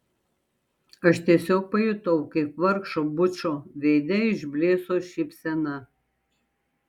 aš tiesiog pajutau kaip vargšo bučo veide išblėso šypsena